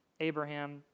Abraham